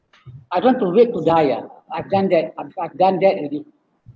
I don't want to wait to die ah I've done that I'm fine done that already